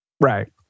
Right